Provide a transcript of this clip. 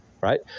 Right